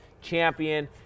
champion